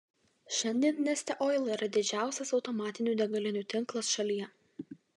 šiandien neste oil yra didžiausias automatinių degalinių tinklas šalyje